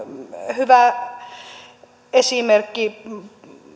esimerkki